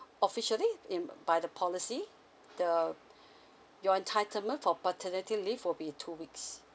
officially in by the policy the your entitled for paternity leave will be two weeks